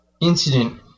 incident